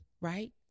right